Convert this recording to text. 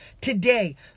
Today